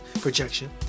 projection